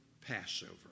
Passover